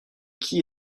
qui